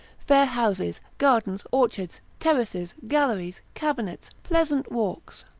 fair houses, gardens, orchards, terraces, galleries, cabinets, pleasant walks,